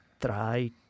try